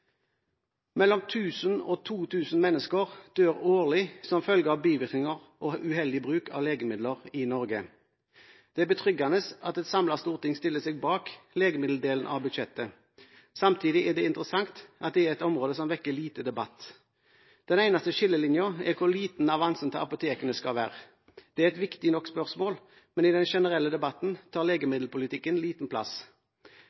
Mellom 1 000 og 2 000 mennesker dør årlig som følge av bivirkninger og uheldig bruk av legemidler i Norge. Det er betryggende at et samlet storting stiller seg bak legemiddeldelen av budsjettet. Samtidig er det interessant at det er et område som vekker lite debatt. Den eneste skillelinjen er hvor liten avansen til apotekene skal være. Det er et viktig nok spørsmål, men i den generelle debatten tar